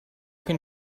can